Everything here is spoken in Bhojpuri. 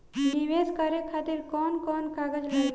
नीवेश करे खातिर कवन कवन कागज लागि?